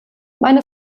meine